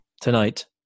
tonight